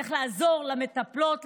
צריך לעזור למטפלות,